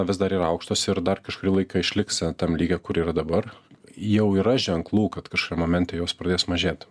vis dar yra aukštos ir dar kažkurį laiką išliks tam lygyje kur yra dabar jau yra ženklų kad kažkokiam momente jos pradės mažėt